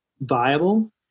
viable